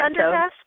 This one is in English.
underpass